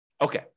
Okay